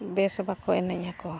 ᱵᱮᱥ ᱵᱟᱠᱚ ᱮᱱᱮᱡ ᱟᱠᱚᱣᱟ